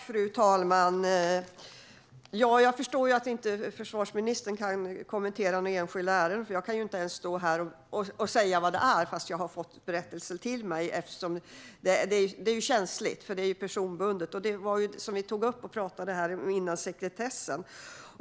Fru talman! Jag förstår att försvarsministern inte kan kommentera några enskilda ärenden, för jag kan inte ens tala om vad det handlar om trots att jag har fått berättelser till mig. Det här är känsligt eftersom det är personbundet. Som vi sa tidigare handlar mycket om sekretess.